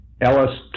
Ellis